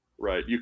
right